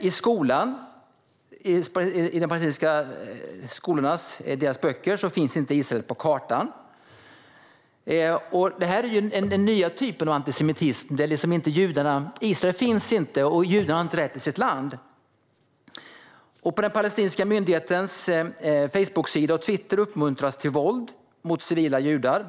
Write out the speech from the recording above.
I de palestinska skolornas böcker finns inte Israel på kartan. Det här är den nya typen av antisemitism: Israel finns inte, och judarna har inte rätt till sitt land. På den palestinska myndighetens Facebooksida och Twitter uppmuntras till våld mot civila judar.